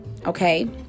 Okay